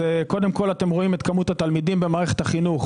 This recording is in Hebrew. אתם רואים את כמות התלמידים במערכת החינוך